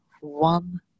one